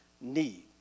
need